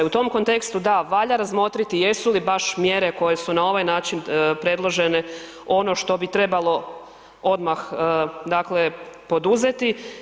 U tom kontekstu da, valja razmotriti jesu li baš mjere koje su na ovaj način predložene ono što bi trebalo odmah poduzeti.